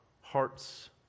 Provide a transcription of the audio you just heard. Hearts